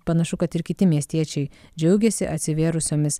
panašu kad ir kiti miestiečiai džiaugėsi atsivėrusiomis